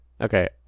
okay